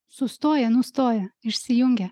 sustoja nustoja išsijungia